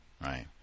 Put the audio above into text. Right